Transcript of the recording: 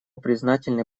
признательны